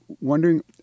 wondering